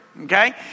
Okay